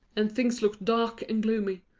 and things looked dark and gloomy.